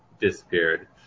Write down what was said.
disappeared